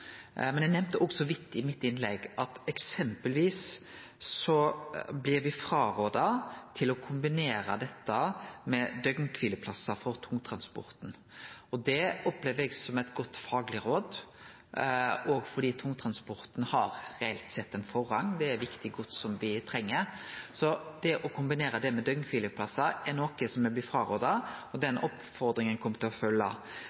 Men eg nemnde òg så vidt i innlegget mitt at eksempelvis blir me rådde ifrå å kombinere dette med døgnkvileplassar for tungtransporten. Det opplever eg som eit godt fagleg råd, òg fordi tungtransporten reelt sett har ein forrang. Det er viktig gods som me treng. Så det å kombinere det med døgnkvileplassar er noko som me er blitt rådde ifrå, og den oppmodinga kjem me til å